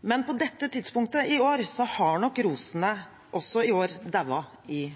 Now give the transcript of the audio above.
men på dette tidspunktet har nok rosene også i år daua i